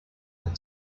and